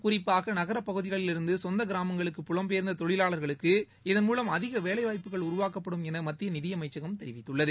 குறிப்பாக நகரப் பகுதிகளிலிருந்து சொந்த கிராமங்களுக்கு புலம் பெயர்ந்த தொழிலாளர்களுக்கு இதன் மூலம் அதிக வேலை வாய்ப்புகள் உருவாக்கப்படும் என மத்திய நிதியமைச்சகம் தெரிவித்துள்ளது